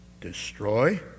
Destroy